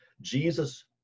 jesus